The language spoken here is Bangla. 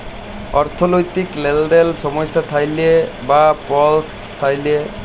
অথ্থলৈতিক লেলদেলে সমস্যা হ্যইলে বা পস্ল থ্যাইকলে ফিলালসিয়াল পরিছেবা গুলা উপভগ ক্যইরতে পার